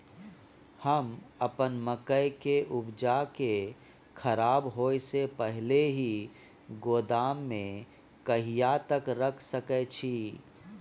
हम अपन मकई के उपजा के खराब होय से पहिले ही गोदाम में कहिया तक रख सके छी?